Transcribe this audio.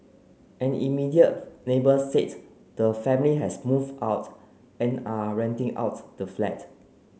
an immediate neighbour said the family has moved out and are renting out the flat